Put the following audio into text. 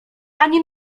ani